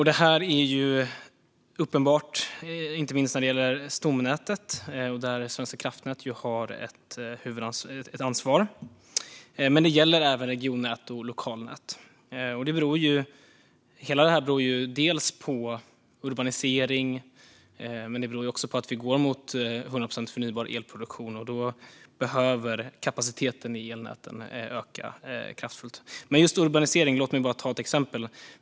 Det är uppenbart, inte minst när det gäller stomnätet, där Svenska kraftnät har ett ansvar, men det gäller även regionnät och lokalnät. Det beror dels på urbanisering, dels på att vi går mot 100 procent förnybar elproduktion, och då behöver kapaciteten i elnäten öka kraftfullt. Särskilt investerings-utrymme för elnäts-verksamhet - invester-ingar i ökad nätkapa-citet Låt mig ta ett exempel på detta med urbanisering.